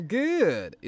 good